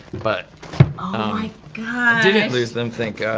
but i didn't lose them, thank